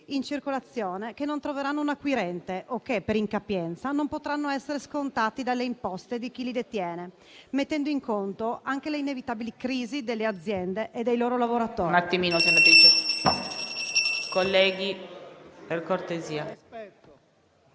in circolazione che non troveranno un acquirente o che, per incapienza, non potranno essere scontati dalle imposte di chi li detiene, mettendo in conto anche le inevitabili crisi delle aziende e dei loro lavoratori.